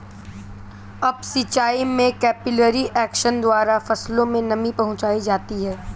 up सिचाई में capillary action द्वारा फसलों में नमी पहुंचाई जाती है